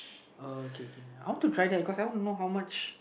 okay K I want to try that cause I want to know how much